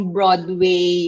Broadway